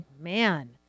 Man